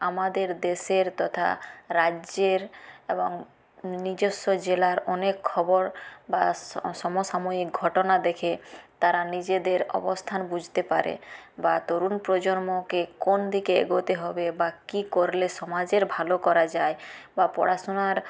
আমাদের দেশের তথা রাজ্যের এবং নিজস্ব জেলার অনেক খবর বা স সমসাময়িক ঘটনা দেখে তারা নিজেদের অবস্থান বুঝতে পারে বা তরুণ প্রজন্মকে কোন দিকে এগোতে হবে বা কি করলে সমাজের ভালো করা যায় বা পড়াশুনার